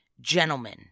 Gentlemen